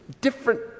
different